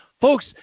Folks